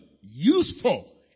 useful